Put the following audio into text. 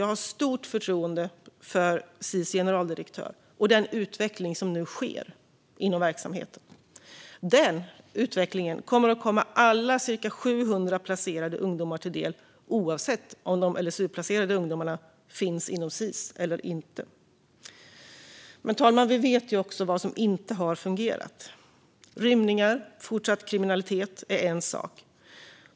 Jag har stort förtroende för Sis generaldirektör och den utveckling som nu sker inom verksamheten. Den utvecklingen kommer att komma alla cirka 700 placerade ungdomar till del, oavsett om de LSU-placerade ungdomarna finns inom Sis eller inte. Men, fru talman, vi vet ju också vad som inte har fungerat. Rymningar och fortsatt kriminalitet är en sak.